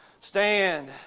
stand